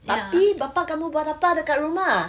tapi bapa kamu buat apa dekat rumah